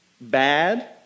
bad